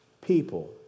people